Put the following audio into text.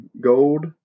Gold